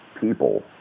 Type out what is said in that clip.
people